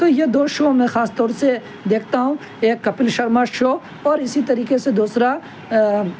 تو یہ دو شو میں خاص طور سے دیکھتا ہوں ایک کپل شرما شو اور اسی طریقے سے دوسرا